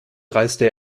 reiste